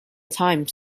time